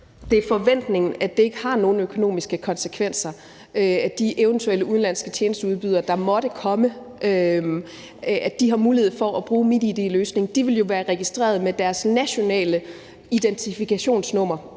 Det er forventningen, at det ikke har nogen økonomiske konsekvenser, at de eventuelle udenlandske tjenesteudbydere, der måtte komme, har mulighed for at bruge MitID-løsningen. De vil jo være registreret med deres nationale identifikationsnummer,